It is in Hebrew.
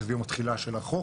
שזה יום התחילה של החוק.